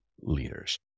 leaders